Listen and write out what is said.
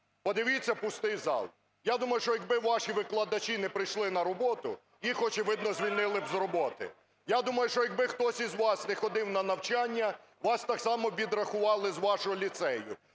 Подивіться – пустий зал. Я думаю, що якби ваші викладачі не прийшли на роботу, їх, очевидно, звільнили б з роботи. Я думаю, що якби хтось із вас не ходив на навчання, вас так само б відрахували з вашого ліцею.